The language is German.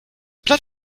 blatt